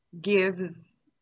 gives